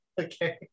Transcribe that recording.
Okay